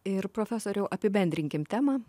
ir profesoriau apibendrinkim temą